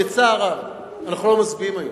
בצער רב אנחנו לא מצביעים היום,